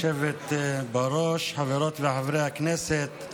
כבוד היושבת בראש, חברות וחברי הכנסת,